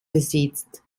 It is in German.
besitzt